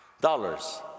dollars